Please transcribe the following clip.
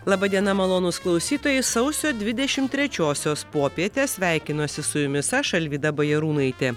laba diena malonūs klausytojai sausio dvidešimt trečiosios popietę sveikinuosi su jumis aš alvyda bajarūnaitė